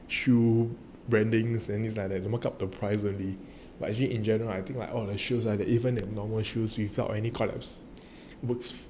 shoe ratings and mark up the price but actually in general right I think right the shoes ah